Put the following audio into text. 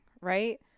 right